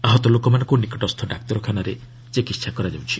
ଆହତ ଲୋକମାନଙ୍କୁ ନିକଟସ୍ଥ ଡାକ୍ତରଖାନାରେ ଚିକିତ୍ସା କରାଯାଉଛି